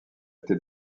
été